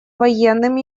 военным